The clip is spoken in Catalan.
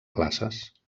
classes